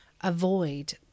avoid